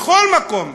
בכל מקום,